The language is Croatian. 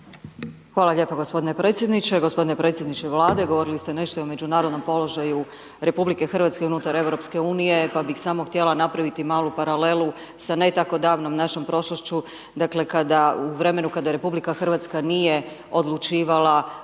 Hvala lijepo gospodine predsjedniče, gospodine predsjedniče Vlade. Govorili ste nešto i o međunarodnom položaju Republike Hrvatske unutar Europske unije, pa bih samo htjela napraviti malu paralelu sa ne tako davnom našom prošlošću, dakle, kada u vremenu, kada Republika Hrvatska nije odlučivala